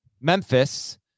Memphis